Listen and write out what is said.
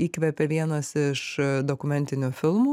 įkvepia vienas iš dokumentinių filmų